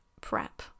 prep